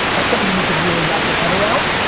that's something you need to really wrap your head around,